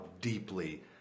deeply